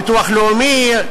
ביטוח לאומי,